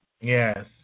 Yes